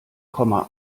komma